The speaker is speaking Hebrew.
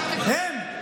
הם,